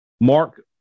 Mark